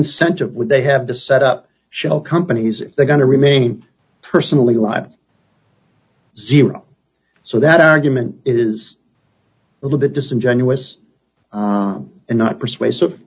incentive would they have to set up shell companies if they're going to remain personally why zero so that argument is a little bit disingenuous and not persuasive